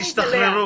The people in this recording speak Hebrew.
ללווה),